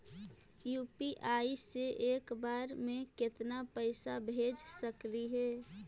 UPI से एक बार मे केतना पैसा भेज सकली हे?